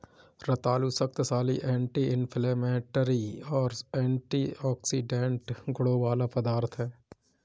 रतालू शक्तिशाली anti inflammatory और एंटीऑक्सीडेंट गुणों वाला पदार्थ है